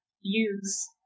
use